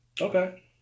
Okay